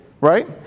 right